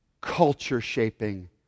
culture-shaping